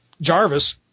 Jarvis